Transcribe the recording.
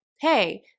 hey